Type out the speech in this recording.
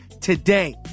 today